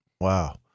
wow